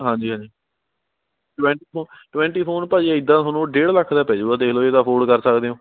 ਹਾਂਜੀ ਹਾਂਜੀ twenty four twenty four ਭਾਅ ਜੀ ਇੱਦਾਂ ਤੁਹਾਨੂੰ ਡੇਢ ਲੱਖ ਦਾ ਪੈ ਜਾਊਗਾ ਦੇਖ ਲਓ ਜੇ ਤਾਂ ਅਫੋਡ ਕਰ ਸਕਦੇ ਹੋ